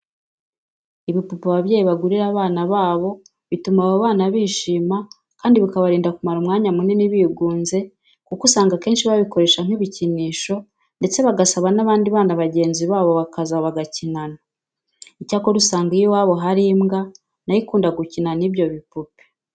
Ibipupe ababyeyi bagurira abana babo bituma abo bana bishima kandi bikabarinda kumara umwanya munini bigunze kuko usanga akenshi babikoresha nk'ibikinisho ndetse bagasaba n'abandi bana bagenzi babo ko baza bagakinana. Icyakora usanga iyo iwabo hari imbwa na yo ikunda gukina n'ibyo bipupe.